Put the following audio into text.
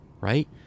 right